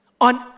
on